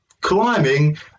climbing